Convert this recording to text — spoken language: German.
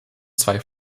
zwei